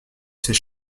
ses